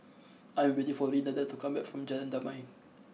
I am waiting for Renada to come back from Jalan Damai